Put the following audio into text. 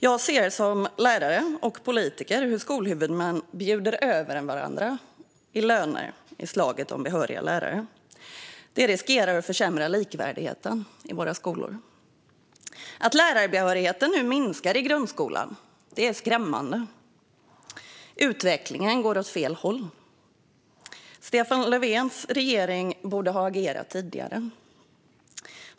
Jag ser som lärare och politiker hur skolhuvudmän bjuder över varandra i fråga om löner i slaget om behöriga lärare. Det riskerar att försämra likvärdigheten i våra skolor. Att lärarbehörigheten minskar i grundskolan är skrämmande. Utvecklingen går åt fel håll. Stefan Löfvens regering borde ha agerat tidigare.